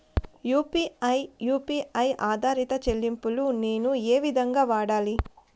UPI U P I ఆధారిత చెల్లింపులు నేను ఏ విధంగా వాడాలి?